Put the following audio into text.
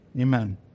Amen